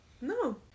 No